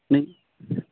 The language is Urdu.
نہیں